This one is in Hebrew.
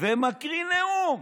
ומקריא נאום